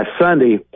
Sunday